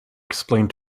explained